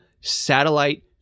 satellite